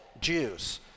Jews